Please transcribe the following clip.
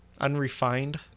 Unrefined